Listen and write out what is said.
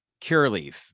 Cureleaf